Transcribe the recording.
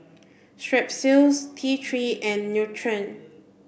Strepsils T three and Nutren